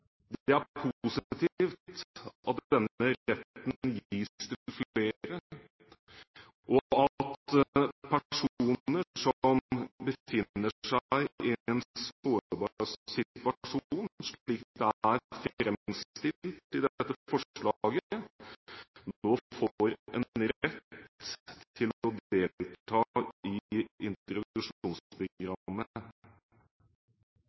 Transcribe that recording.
Det er positivt at denne retten gis til flere, og at personer som befinner seg i en sårbar situasjon, slik det er fremstilt i dette forslaget, nå får en rett til å delta i